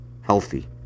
Healthy